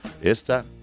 esta